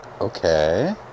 Okay